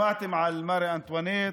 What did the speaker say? שמעתם על מארי אנטואנט,